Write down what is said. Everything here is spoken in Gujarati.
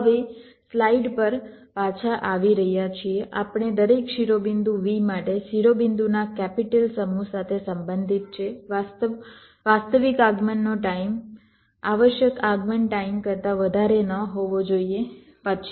હવે સ્લાઇડ પર પાછા આવી રહ્યા છીએ આપણે દરેક શિરોબિંદુ v માટે શિરોબિંદુના કેપિટલ સમૂહ સાથે સંબંધિત છે વાસ્તવિક આગમનનો ટાઈમ આવશ્યક આગમન ટાઈમ કરતા વધારે ન હોવો જોઈએ પછી